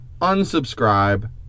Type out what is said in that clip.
unsubscribe